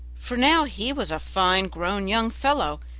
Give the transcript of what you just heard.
for now he was a fine grown young fellow,